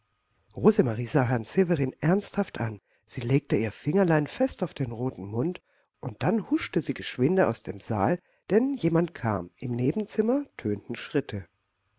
rosemarie sah herrn severin ernsthaft an sie legte ihr fingerlein fest auf den roten mund und dann huschte sie geschwinde aus dem saal denn jemand kam im nebenzimmer tönten schritte